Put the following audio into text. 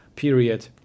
period